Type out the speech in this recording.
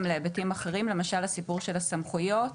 להיבטים אחרים כמו למשל הסיפור של הסמכויות